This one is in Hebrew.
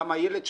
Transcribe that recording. גם הילד שלו,